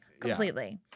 completely